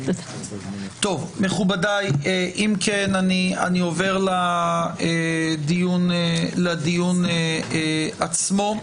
מכובדיי, אני עובר לדיון עצמו.